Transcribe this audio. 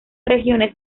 regiones